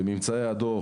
בממצאי הדוח,